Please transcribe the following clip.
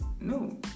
no